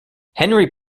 henry